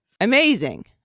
amazing